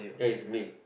ya is May